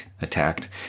attacked